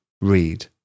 read